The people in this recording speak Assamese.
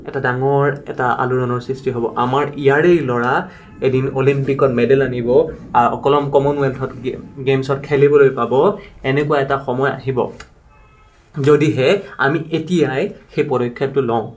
এটা ডাঙৰ এটা আলোড়ণৰ সৃষ্টি হ'ব আমাৰ ইয়াৰে ল'ৰা এদিন অলিম্পিকত মেডেল আনিব কলম কমনৱেলথত গেমছত খেলিবলৈ পাব এনেকুৱা এটা সময় আহিব যদিহে আমি এতিয়াই সেই পদক্ষেপটো লওঁ